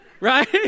right